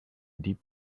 deep